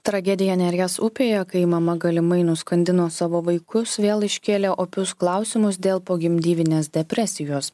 tragedija neries upėje kai mama galimai nuskandino savo vaikus vėl iškėlė opius klausimus dėl pogimdyvinės depresijos